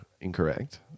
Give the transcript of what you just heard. incorrect